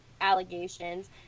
allegations